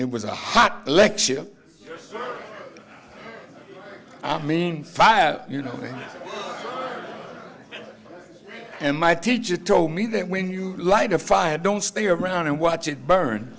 it was a hot election i mean five you know and my teacher told me that when you light a fire don't stay around and watch it burn